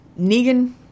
Negan